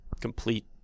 complete